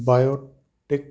Biotique